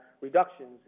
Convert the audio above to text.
reductions